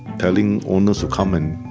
telling owners to come and